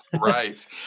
Right